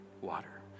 water